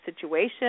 situation